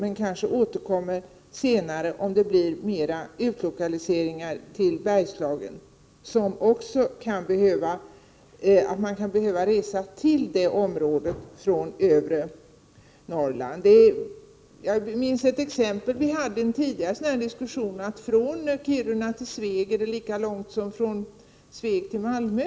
Vi kanske återkommer om det blir ytterligare utlokaliseringar till Bergslagen som också kan innebära att man behöver resa till det området från övre Norrland. Jag minns ett exempel vi hade i en tidigare diskussion. Från Kiruna till Sveg är det lika långt som från Sveg till Malmö.